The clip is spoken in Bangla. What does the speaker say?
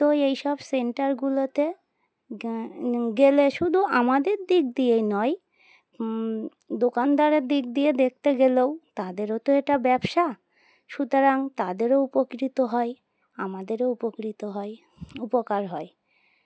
তো এইসব সেন্টারগুলোতে গেলে শুধু আমাদের দিক দিয়েই নয় দোকানদারের দিক দিয়ে দেখতে গেলেও তাদেরও তো এটা ব্যবসা সুতরাং তাদেরও উপকৃত হয় আমাদেরও উপকৃত হয় উপকার হয়